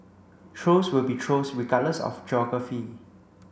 trolls will be trolls regardless of geography